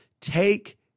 take